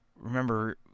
remember